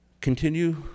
Continue